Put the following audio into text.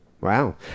Wow